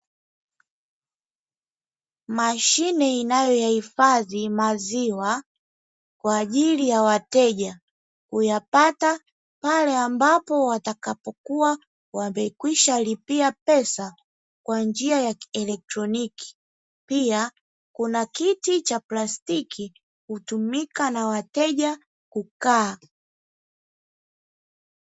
Mashine inayoyahifadhi maziwa Kwa ajili ya wateja huyapata pale ambapo watakapokuwa wamekwishalipia pesa kwa njia ya kielektroniki. Pia kuna kiti cha plastiki hutumika na wateja kukaa.